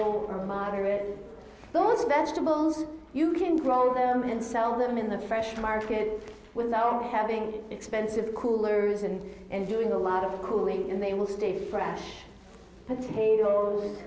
or moderate the best among you can grow them and sell them in the fresh market without having expensive coolers and and doing a lot of cooling and they will stay fresh potatoes